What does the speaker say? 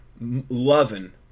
loving